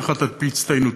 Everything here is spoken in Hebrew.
כל אחד על-פי הצטיינותו,